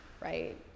right